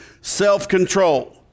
self-control